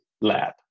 lab